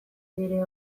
bere